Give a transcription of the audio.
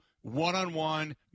one-on-one